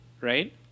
right